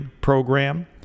program